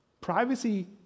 Privacy